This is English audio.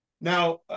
Now